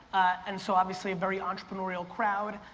and so obviously a very entrepreneurial crowd.